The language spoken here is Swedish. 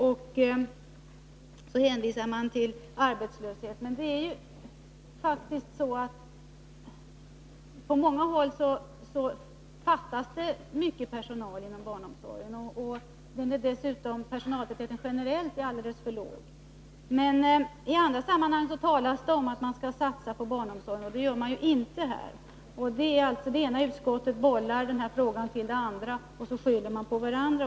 Man hänvisar till arbetslösheten. Men det är faktiskt så att det på många håll fattas mycket personal inom barnomsorgen. Dessutom är personaltätheten generellt alldeles för låg. I andra sammanhang talas det om att man skall satsa på barnomsorgen, men det gör man ju inte här. Det ena utskottet skjuter över den här frågan till det andra, och sedan skäller de på varandra.